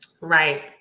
Right